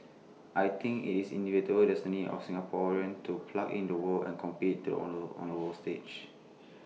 I think it's the inevitable destiny of Singaporeans to plug into the world and compete the on the on the world stage